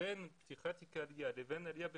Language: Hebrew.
בין פתיחת תיקי עלייה לבין עלייה בפועל,